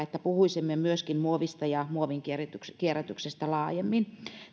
niin että puhuisimme myöskin muovista ja muovin kierrätyksestä kierrätyksestä laajemmin